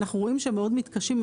אנחנו רואים שהם מאוד מתקשים.